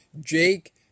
Jake